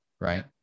right